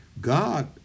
God